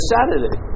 Saturday